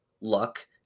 luck